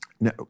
No